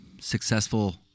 successful